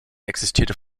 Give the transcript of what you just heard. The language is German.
existierte